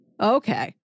Okay